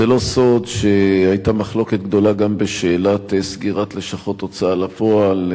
זה לא סוד שהיתה מחלוקת גדולה גם בשאלת סגירת לשכות הוצאה לפועל,